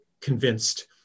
convinced